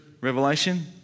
Revelation